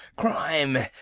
crime,